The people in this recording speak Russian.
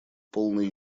полной